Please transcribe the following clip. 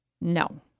No